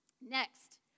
Next